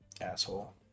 asshole